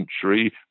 century